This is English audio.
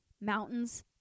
mountains